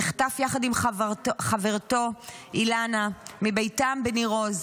הוא נחטף יחד עם חברתו אילנה מביתם בניר עוז.